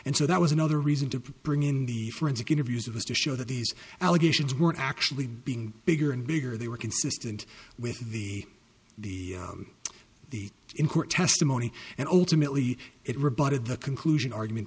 and so that was another reason to bring in the forensic interviews of us to show that these allegations were actually being bigger and bigger they were consistent with the the the in court testimony and ultimately it rebutted the conclusion argument